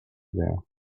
there